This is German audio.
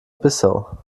bissau